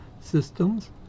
systems